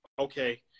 okay